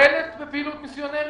בפעילות מיסיונרית?